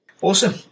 Awesome